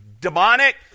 demonic